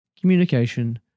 communication